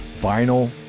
vinyl